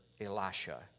Elisha